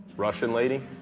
russian lady?